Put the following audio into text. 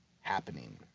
happening